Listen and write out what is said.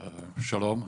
שלום,